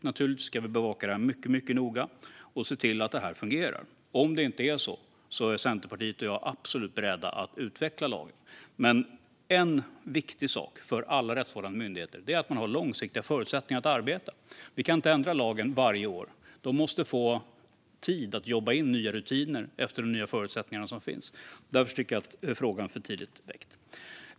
Naturligtvis ska vi bevaka det här mycket noga och se till att det fungerar. Om det inte fungerar är Centerpartiet och jag absolut beredda att utveckla lagen. En viktig sak för alla rättsvårdande myndigheter är dock att de har långsiktiga förutsättningar att arbeta. Vi kan inte ändra lagen varje år, utan de måste få tid att jobba in nya rutiner efter de nya förutsättningar som finns. Därför tycker jag att frågan är för tidigt väckt.